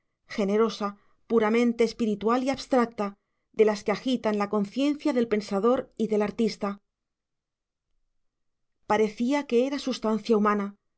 generosa puramente espiritual y abstracta de las que agitan la conciencia del pensador y del artista parecía que era sustancia